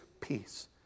peace